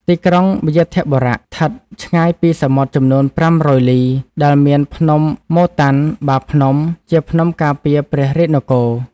ទីក្រុង វ្យាធបុរៈ ស្ថិតឆ្ងាយពីសមុទ្រចំនួន ៥០០ លី ដែលមានភ្នំ ម៉ូតាន់ បាភ្នំ» ជាភ្នំការពារព្រះរាជនគរ ។